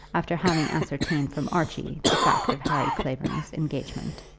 after having ascertained from archie the fact of harry clavering's engagement.